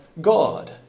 God